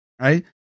right